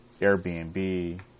Airbnb